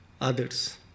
others